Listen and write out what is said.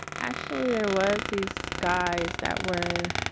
actually, there was these guys that were